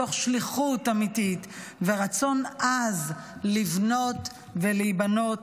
מתוך שליחות אמיתית ורצון עז לבנות ולהיבנות